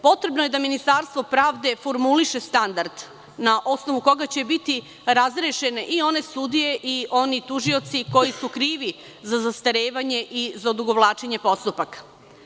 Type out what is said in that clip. Potrebno je da Ministarstvo pravde formuliše standard na osnovu koga će biti razrešene i one sudije, i oni tužioci koji su krivi za zastarevanje, i za odugovlačenje postupaka.